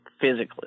physically